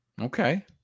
okay